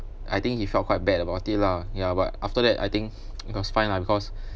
I think he felt quite bad about it lah ya but after that I think it goes fine lah because